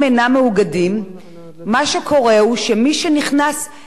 מה שקורה הוא שמי שנכנס ראשון בפועל,